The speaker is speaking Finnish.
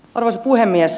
arvoisa puhemies